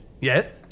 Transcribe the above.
Yes